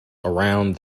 around